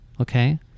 Okay